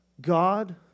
God